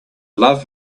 love